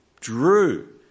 drew